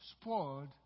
spoiled